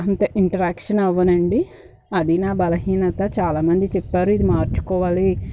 అంత ఇంటరాక్షన్ అవ్వనండి అది నా బలహీనత చాలామంది చెప్పారు ఇది మార్చుకోవాలి